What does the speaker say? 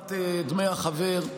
מקופת דמי החבר.